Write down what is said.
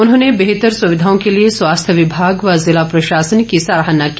उन्होंने बेहतर सुविधाओं के लिए स्वास्थ्य विभाग व जिला प्रशासन की सराहना की